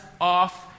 off